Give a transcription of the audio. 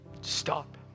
stop